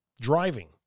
driving